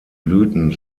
blüten